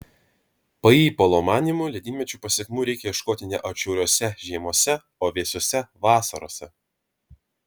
paipolo manymu ledynmečių pasekmių reikia ieškoti ne atšiauriose žiemose o vėsiose vasarose